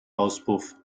auspuff